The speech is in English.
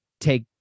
take